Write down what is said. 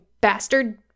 bastard